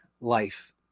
life